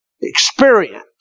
experience